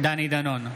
דני דנון,